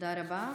תודה רבה.